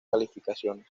calificaciones